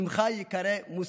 שמך ייקרא מוסיה.